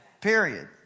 Period